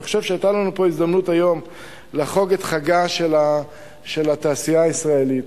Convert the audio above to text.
אני חושב שהיתה לנו הזדמנות היום לחוג את חגה של התעשייה הישראלית,